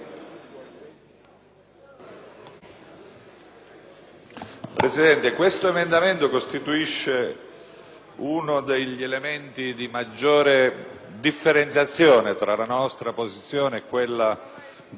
uno degli elementi di maggiore differenziazione tra la nostra posizione e quella del Governo e della maggioranza su un punto importantissimo che riguarda i meccanismi di alimentazione